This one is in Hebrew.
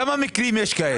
כמה מקרים יש כאלה?